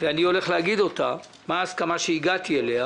ואני הולך להגיד מה ההסכמה שהגעתי אליה